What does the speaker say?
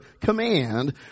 command